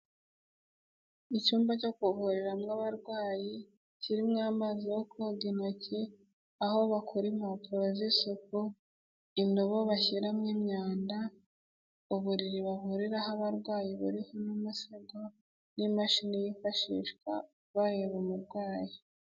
Icyumba cyo kuvuramo abarwayi kirimo amazi yo koga intoki, aho bakura impapuro z'isuku indobo bashyiramo imyanda, uburiri bahuriraho abarwayi buriho n'imisego n'imashini yifashishwa bareba umurwayi.